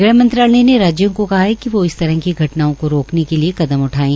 गृह मंत्रालय ने राज्यों को कहा है कि वोह इस तरह की घटनाओं को रोकने के लिए कदम उठाये